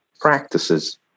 practices